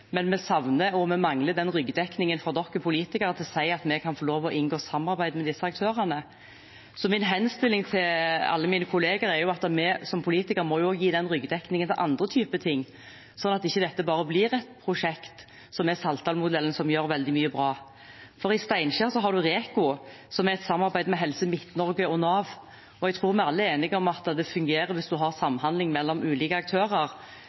men de savner og mangler ryggdekningen fra oss politikere til å si at de kan få lov til å inngå samarbeid med disse aktørene. Min henstilling til alle mine kollegaer er at vi som politikere også må gi den ryggdekningen til andre type ting, sånn at dette ikke bare blir et prosjekt som er Saltdalsmodellen, som gjør veldig mye bra. I Steinkjer har man Reko, som er et samarbeid med Helse Midt-Norge og Nav. Jeg tror vi alle er enige om at det fungerer hvis man har samhandling mellom ulike aktører,